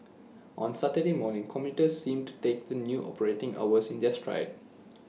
on Saturday morning commuters seemed to take the new operating hours in their stride